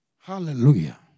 Hallelujah